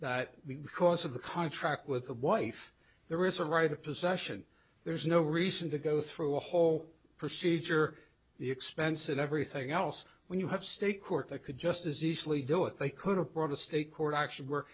that because of the contract with the wife there is a right of possession there's no reason to go through a whole procedure the expense and everything else when you have state court that could just as easily do it they could have brought a state court action where